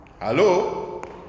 Hello